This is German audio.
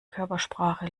körpersprache